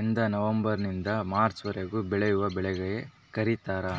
ಎಂದನವಂಬರ್ ನಿಂದ ಮಾರ್ಚ್ ವರೆಗೆ ಬೆಳೆವ ಬೆಳೆಗಳಿಗೆ ಕರೀತಾರ